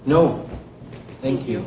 no thank you